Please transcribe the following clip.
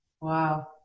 Wow